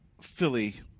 Philly